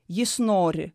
jis nori